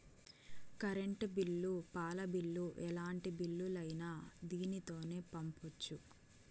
current bill పాల bill ఎలాంటి బిల్లులైనా దీనితోనే పంపొచ్చు